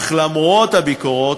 אך למרות הביקורות,